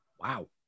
Wow